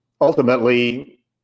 ultimately